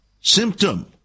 symptom